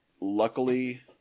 luckily